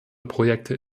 projekte